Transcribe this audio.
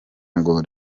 ngo